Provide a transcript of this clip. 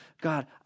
God